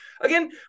again